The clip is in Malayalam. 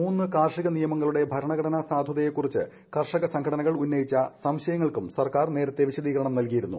മൂന്ന് കാർഷിക നിയമങ്ങളുടെ ഭരണഘടനാ സാധുതയെക്കുറിച്ച് ക്ടർഷക സംഘടനകൾ ഉന്നയിച്ച സംശയങ്ങൾക്കും സർക്കാർ നേരത്തെ വിശദീകരണം നൽകിയിരുന്നു